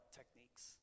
techniques